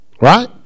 Right